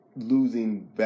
losing